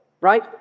Right